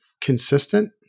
consistent